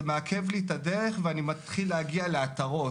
מעכב לי את הדרך ואני מתחיל להגיע לעתרות,